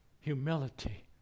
humility